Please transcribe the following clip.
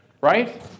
right